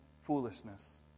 foolishness